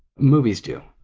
movies do.